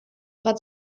but